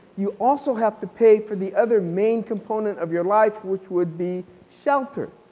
you also have to pay for the other main component of your life which would be shelter.